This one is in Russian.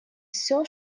все